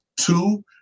Two